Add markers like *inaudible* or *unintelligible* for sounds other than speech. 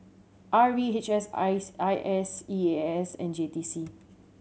R V H S *unintelligible* I S E A S and J T C